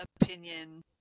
opinion